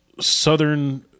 Southern